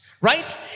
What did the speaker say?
right